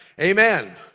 Amen